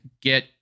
get